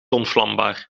ontvlambaar